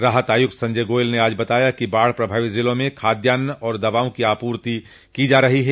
राहत आयुक्त संजय गोयल ने आज बताया कि बाढ़ प्रभावित जिलों में खाद्यान और दवाओं की आपूर्ति की जा रही है